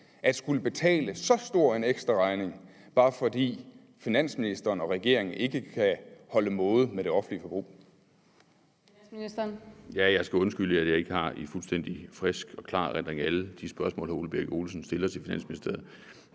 at skulle betale så stor en ekstraregning, bare fordi finansministeren og regeringen ikke kan holde måde med det offentlige forbrug?